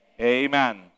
Amen